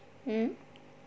mm